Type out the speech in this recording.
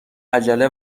عجله